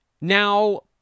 Now